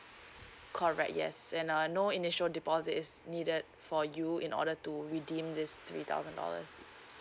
correct yes and uh no initial deposit is needed for you in order to redeem this three thousand dollars